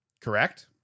Correct